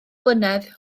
blynedd